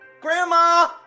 Grandma